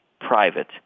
private